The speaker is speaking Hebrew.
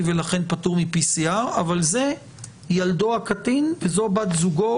ולכן פטור מבדיקת PCR אבל זה ילדו הקטין וזו בת זוגו